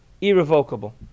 irrevocable